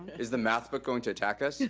is the math book going to attack us?